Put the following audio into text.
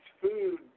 food